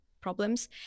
problems